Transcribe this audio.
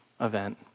event